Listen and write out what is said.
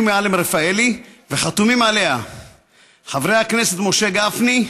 מועלם-רפאלי, וחתומים עליה חברי הכנסת משה גפני,